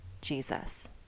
Jesus